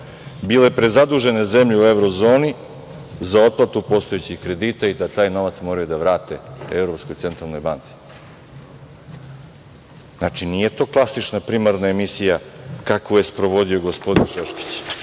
bile prezadužene zemlje u evro zoni za otplatu postojećih kredita i da taj novac moraju da vrate Evropskoj centralnoj banci. Znači, nije to klasična, primarna emisija kakvu je sprovodio gospodin Šoškić. On